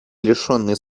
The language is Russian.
лишенной